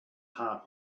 heart